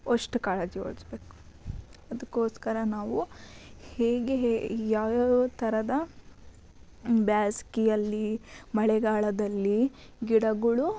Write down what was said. ಅಷ್ಟು ಕಾಳಜಿ ವಹಿಸ್ಬೇಕು ಅದಕ್ಕೋಸ್ಕರ ನಾವು ಹೇಗೆ ಯಾವ್ಯಾವ ಥರದ ಬೇಸ್ಗೆಯಲ್ಲಿ ಮಳೆಗಾಲದಲ್ಲಿ ಗಿಡಗಳು